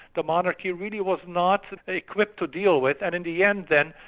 the monarchy really was not equipped to deal with. and in the end then,